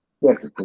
Yes